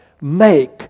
make